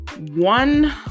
one